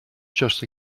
just